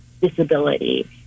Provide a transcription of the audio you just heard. disability